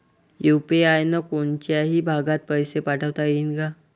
UPI न कोनच्याही भागात पैसे पाठवता येईन का?